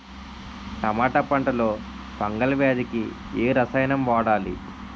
టమాటా పంట లో ఫంగల్ వ్యాధికి ఏ రసాయనం వాడాలి?